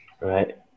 right